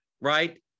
Right